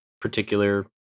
particular